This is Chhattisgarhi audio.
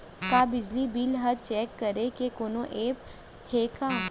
का बिजली बिल ल चेक करे के कोनो ऐप्प हे का?